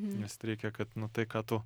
nes t reikia kad nu ką tu